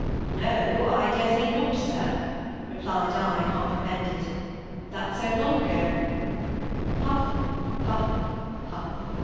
no, i dare say not, sir replied i, half offended that's so long ago puff puff puff.